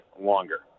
longer